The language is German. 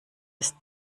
ist